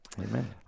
Amen